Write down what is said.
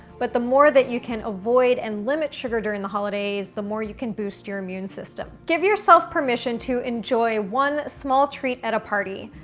but the more that you can avoid and limit sugar during the holidays, the more you can boost your immune system. give yourself permission to enjoy one small treat at a party.